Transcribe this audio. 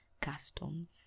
customs